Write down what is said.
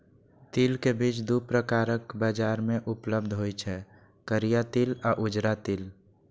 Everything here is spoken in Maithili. तिल के बीज दू प्रकारक बाजार मे उपलब्ध होइ छै, करिया तिल आ उजरा तिल